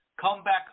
Comeback